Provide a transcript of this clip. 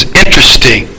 interesting